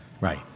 Right